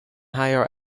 hire